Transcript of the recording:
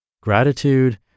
Gratitude